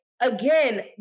Again